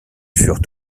furent